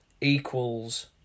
equals